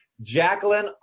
Jacqueline